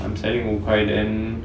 I'm selling 五块 then